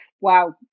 Wow